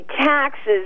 taxes